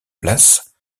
place